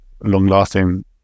long-lasting